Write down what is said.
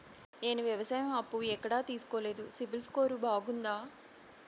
నేను వ్యవసాయం అప్పు ఎక్కడ తీసుకోలేదు, సిబిల్ స్కోరు బాగుందా?